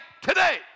today